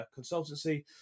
Consultancy